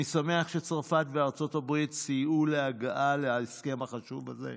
אני שמח שצרפת וארצות הברית סייעו להגעה להסכם החשוב הזה,